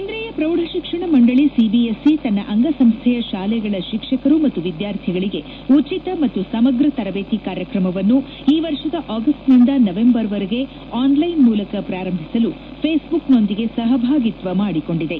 ಕೇಂದ್ರೀಯ ಪ್ರೌಢ ಶಿಕ್ಷಣ ಮಂಡಳಿ ಸಿಬಿಎಸ್ಇ ತನ್ನ ಅಂಗಸಂಸ್ಣೆಯ ಶಾಲೆಗಳ ಶಿಕ್ಷಕರು ಮತ್ತು ವಿದ್ಯಾರ್ಥಿಗಳಿಗೆ ಉಚಿತ ಮತ್ತು ಸಮಗ್ರ ತರಬೇತಿ ಕಾರ್ಯಕ್ರಮವನ್ನು ಈ ವರ್ಷದ ಆಗಸ್ಟ್ ನಿಂದ ನವೆಂಬರ್ವರೆಗೆ ಆನ್ ಲೈನ್ ಮೂಲಕ ಪ್ರಾರಂಭಿಸಲು ಫೇಸ್ಬುಕ್ನೊಂದಿಗೆ ಸಹಭಾಗಿತ್ವ ಮಾಡಿಕೊಂಡಿದೆ